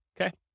Okay